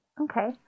Okay